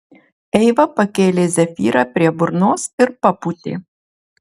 eiva pakėlė zefyrą prie burnos ir papūtė